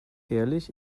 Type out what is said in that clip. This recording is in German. ehrlich